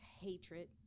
hatred